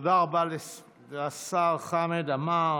תודה רבה לשר חמד עמאר.